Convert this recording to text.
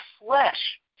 flesh